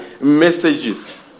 messages